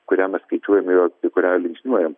kurią mes skaičiuojam jo į kurią linksniuojam